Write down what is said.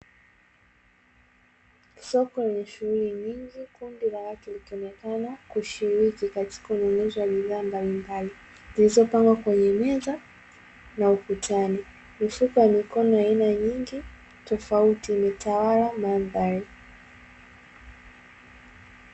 Soko lenye shughuli nyingi kundi la watu likionekana kushiriki katika ununuzi wa bidhaa mbalimbali zilizopangwa kwenye meza na ukutani. Mifuko ya mikono aina nyingi tofauti imetawala mandhari.